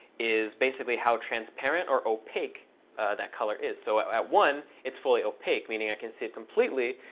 is basically how transparent or opaque that color is. so at one, it's fully opaque, meaning i can see it completely.